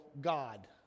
god